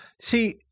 See –